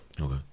Okay